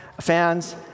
fans